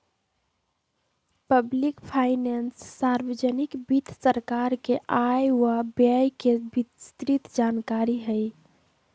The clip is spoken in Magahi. पब्लिक फाइनेंस सार्वजनिक वित्त सरकार के आय व व्यय के विस्तृतजानकारी हई